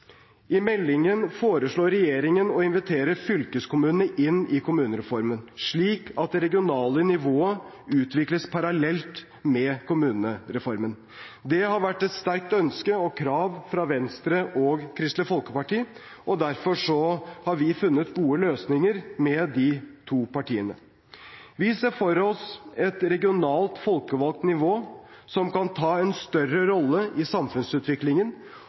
I meldingen foreslår regjeringen å invitere fylkeskommunene inn i kommunereformen, slik at det regionale nivået utvikles parallelt med kommunereformen. Det har vært et sterkt ønske og krav fra Venstre og Kristelig Folkeparti, og derfor har vi funnet gode løsninger med de to partiene. Vi ser for oss et regionalt folkevalgt nivå som kan ta en større rolle i samfunnsutviklingen